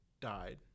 died